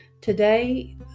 Today